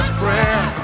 prayer